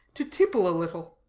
to tipple a little.